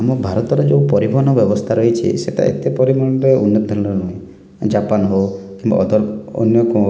ଆମ ଭାରତରେ ଯେଉଁ ପରିବହନ ବ୍ୟବସ୍ଥା ରହିଛି ସେଟା ଏତେ ପରିମାଣର ଉନ୍ନତଧରଣର ନୁହେଁ ଜାପାନ ହେଉ କିମ୍ବା ଅଦର୍ ଅନ୍ୟ କ